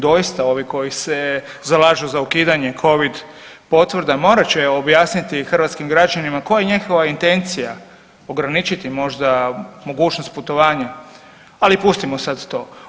Doista ovi koji se zalažu za ukidanje covid potvrda morat će objasniti hrvatskim građanima koja je njihova intencija, ograničiti možda mogućnost putovanja, ali pustimo sad to.